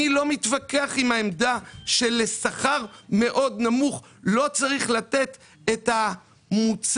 אני לא מתווכח עם העמדה שלשכר מאוד נמוך לא צריך לתת את המוצר